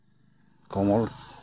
ᱠᱚᱢᱚᱞ